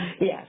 Yes